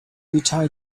retired